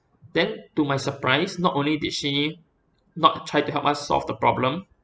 then to my surprise not only did she not try to help us solve the problem